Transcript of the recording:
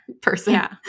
person